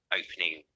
opening